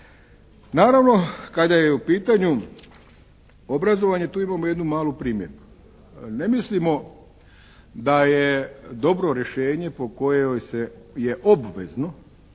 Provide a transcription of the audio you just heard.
Naravno, kada je u pitanju obrazovanje tu imamo jednu malu primjedbu. Ne mislimo da je dobro rješenje po kojem je obvezno